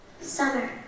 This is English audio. Summer